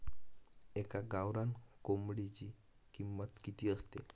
एका गावरान कोंबडीची किंमत किती असते?